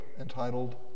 entitled